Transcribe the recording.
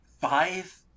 five